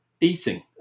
eating